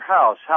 house